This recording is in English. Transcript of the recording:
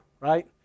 right